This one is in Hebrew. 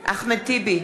אחמד טיבי,